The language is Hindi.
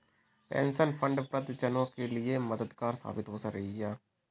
पेंशन फंड वृद्ध जनों के लिए मददगार साबित हो रही है